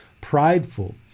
prideful